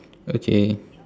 okay